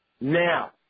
Now